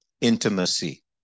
Intimacy